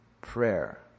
prayer